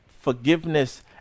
Forgiveness